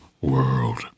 world